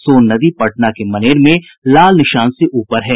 सोन नदी पटना के मनेर में खतरे के निशान से ऊपर है